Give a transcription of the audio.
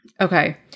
Okay